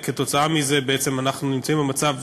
כתוצאה מזה אנחנו נמצאים במצב